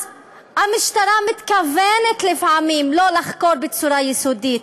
אז המשטרה מתכוונת לפעמים לא לחקור בצורה יסודית,